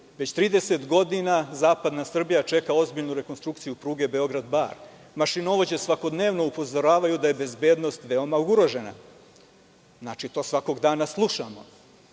već 30 godina zapadna Srbija čeka ozbiljnu rekonstrukciju pruge Beograd – Bar. Mašinovođe svakodnevno upozoravaju da je bezbednost veoma ugrožena. Znači, to svakog dana slušamo.